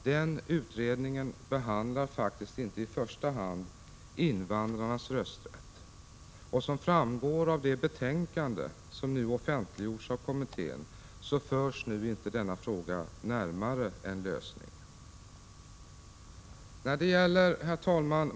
Den utredningen behandlar faktiskt inte i första hand invandrarnas rösträtt, och som framgår av det betänkande som nu har offentliggjorts av kommittén så förs den frågan där inte närmare en lösning. Herr talman!